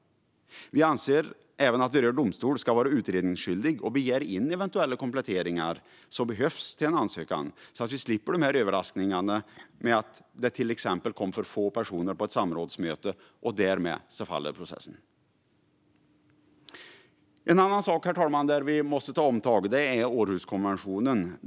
Vi anser även att berörd domstol ska vara utredningsskyldig och begära in eventuella kompletteringar som behövs till en ansökan så att vi slipper överraskningar, till exempel att det kommer för få personer på ett samrådsmöte och processen därmed faller. En annan sak, herr talman, som vi måste ta omtag i är Århuskonventionen.